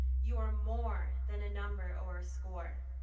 you are more than a number or score.